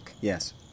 Yes